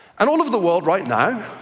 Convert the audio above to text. and all over the world right now,